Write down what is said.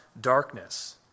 darkness